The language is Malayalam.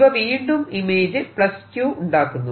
ഇവ വീണ്ടും ഇമേജ് Q ഉണ്ടാക്കുന്നു